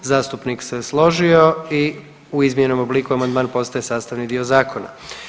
Zastupnik se složio i u izmijenjenom obliku amandman postaje sastavni dio zakona.